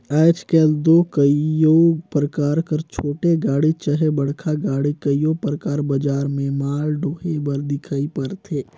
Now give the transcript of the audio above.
आएज काएल दो कइयो परकार कर छोटे गाड़ी चहे बड़खा गाड़ी कइयो परकार बजार में माल डोहे बर दिखई परथे